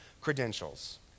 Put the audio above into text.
credentials